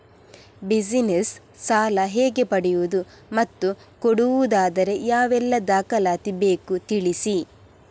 Business ಸಾಲ ಹೇಗೆ ಪಡೆಯುವುದು ಮತ್ತು ಕೊಡುವುದಾದರೆ ಯಾವೆಲ್ಲ ದಾಖಲಾತಿ ಬೇಕು ತಿಳಿಸಿ?